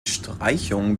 streichung